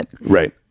Right